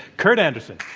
kurt andersen.